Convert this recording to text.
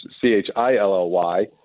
C-H-I-L-L-Y